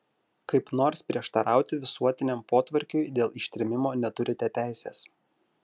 kaip nors prieštarauti visuotiniam potvarkiui dėl ištrėmimo neturite teisės